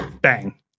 bang